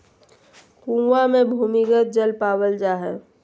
कुआँ मे भूमिगत जल पावल जा हय